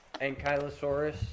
Ankylosaurus